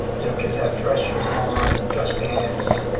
you know, kids have dress shoes on, dress pants.